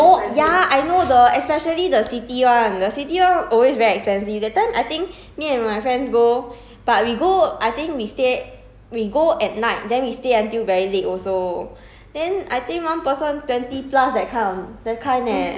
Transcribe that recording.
ya lah very cheap mah one one person no ya I know the especially the city one the city one always very expensive that time I think me and my friends go but we go I think we stay we go at night then we stay until very late also